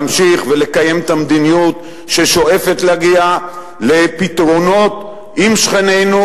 להמשיך ולקיים את המדיניות ששואפת להגיע לפתרונות עם שכנינו.